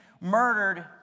murdered